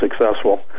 successful